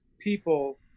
people